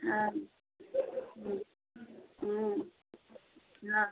हाँ हाँ